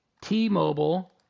T-Mobile